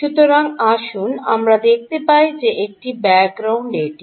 সুতরাং আসুন আমরা দেখতে পাই যে একটি ব্যাকগ্রাউন্ড এটি